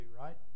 right